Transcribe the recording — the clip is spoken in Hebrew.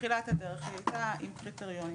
בתחילת הדרך היא הייתה עם קריטריונים,